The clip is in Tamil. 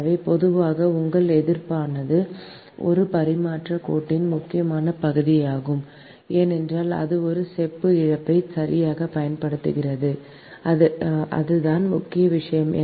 எனவே பொதுவாக உங்கள் எதிர்ப்பானது ஒரு பரிமாற்றக் கோட்டின் முக்கியமான பகுதியாகும் ஏனென்றால் அது ஒரு செப்பு இழப்பைச் சரியாகப் பயன்படுத்துகிறது அதுதான் முக்கிய விஷயம்